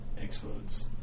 explodes